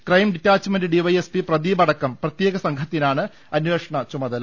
crime detachment DYSP Pradeep അടക്കം പ്രത്യേക സംഘത്തിനാണ് അന്വേഷണ ചുമതല